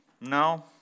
No